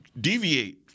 deviate